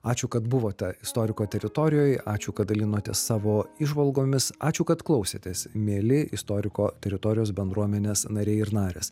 ačiū kad buvote istoriko teritorijoj ačiū kad dalinotės savo įžvalgomis ačiū kad klausėtės mieli istoriko teritorijos bendruomenės nariai ir narės